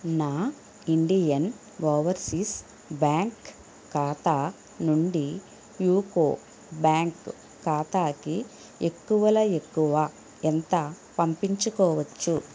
నా Indian overseas bank ఖాతా నుండి యూకో బ్యాంక్ ఖాతాకి ఎక్కువలో ఎక్కువ ఎంత పంపించుకోవచ్చు